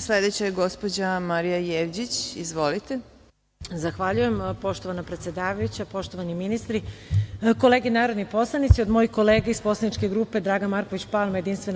Sledeća je gospođa Marija Jevđić. Izvolite. **Marija Jevđić** Zahvaljujem. Poštovana predsedavajuća, poštovani ministri, moje kolege narodni poslanici, od mojih kolega iz poslaničke grupe Dragan Marković Palma JS